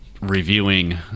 reviewing